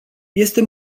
este